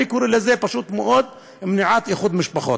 אני קורא לזה, פשוט מאוד, מניעת איחוד משפחות.